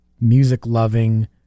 music-loving